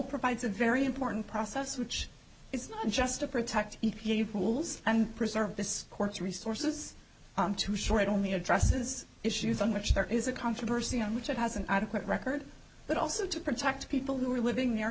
provides a very important process which is not just to protect you pools and preserve this court's resources to shore it only addresses issues on which there is a controversy on which it has an adequate record but also to protect people who are living near